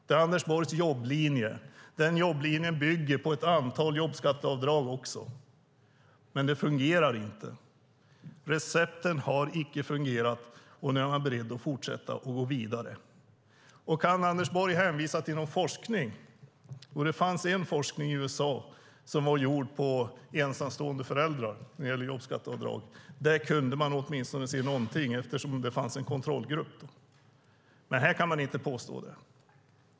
Det är Anders Borgs jobblinje. Denna jobblinje bygger också på ett antal jobbskatteavdrag, men det fungerar inte. Recepten har icke fungerat, och nu är man beredd att fortsätta och gå vidare. Kan Anders Borg hänvisa till någon forskning? Det finns en forskning i USA på ensamstående föräldrar när det gäller jobbskatteavdrag. Där kunde man åtminstone se någonting eftersom det fanns en kontrollgrupp, men här kan man inte påstå att man gör det.